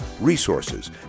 resources